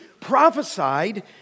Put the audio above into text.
prophesied